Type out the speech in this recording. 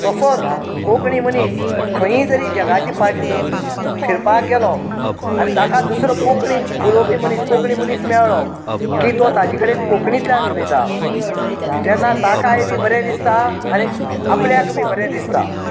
तसोच कोंकणी मनीस खंयी जरी जगाची पाट फिरपाक गेलो आनी ताका दुसरो कोंकणी उलोवपी मनीस कोंकणी मनीस मेळ्ळो की तो ताजे कडेन कोंकणीतल्यान उलयता तेन्ना ताकाय बी बरें दिसता आनी आपल्याकय बी बरें दिसता